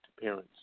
parents